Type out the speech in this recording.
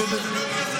מה?